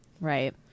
Right